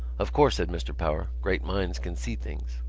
of course, said mr. power, great minds can see things.